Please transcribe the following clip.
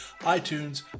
iTunes